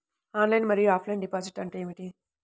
Online మరియు offline deposit అంటే ఏమిటి?